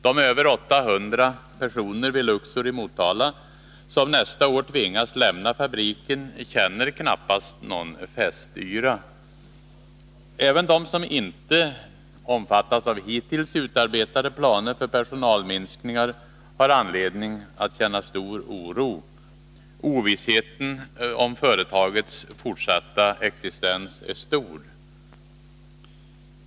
De över 800 personer vid Luxor i Motala som nästa år tvingas lämna fabriken känner knappast någon festyra. Även de som inte omfattas av hittills utarbetade planer för personalminskningar har anledning att känna stor oro. Ovissheten om företagets fortsatta existens är stor.